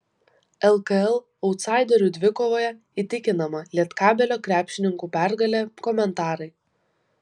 lkl autsaiderių dvikovoje įtikinama lietkabelio krepšininkų pergalė komentarai